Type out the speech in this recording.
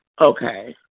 Okay